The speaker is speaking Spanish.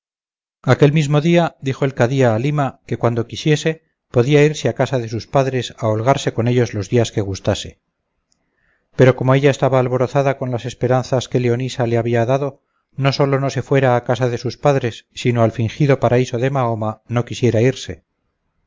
aquel mismo día dijo el cadí a halima que cuando quisiese podría irse a casa de sus padres a holgarse con ellos los días que gustase pero como ella estaba alborozada con las esperanzas que leonisa le había dado no sólo no se fuera a casa de sus padres sino al fingido paraíso de mahoma no quisiera irse